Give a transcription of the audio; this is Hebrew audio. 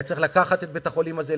היה צריך לקחת את בית-החולים הזה,